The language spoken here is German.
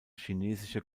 chinesische